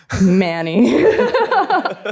Manny